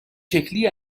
شکلی